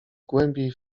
głębiej